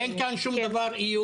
אין כאן שום איום.